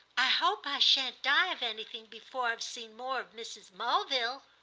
i hope i shan't die of anything before i've seen more of mrs. mulville.